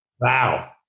Wow